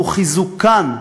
לחיזוקן,